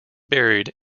buried